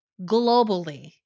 globally